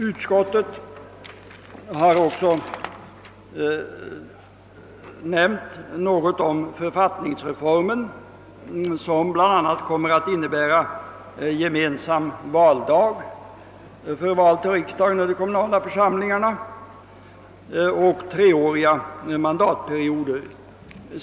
Utskottet har också nämnt något om författningsreformen, som bl.a. kommer att innebära gemensam valdag för val till riksdagen och till de kommunala församlingarna samt treåriga mandatperioder.